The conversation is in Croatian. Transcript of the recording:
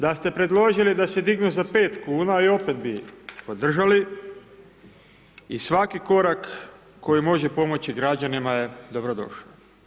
Da ste predložili da se dignu za 5kn i opet bi podržali i svaki korak koji može pomoći građanima je dobrodošao.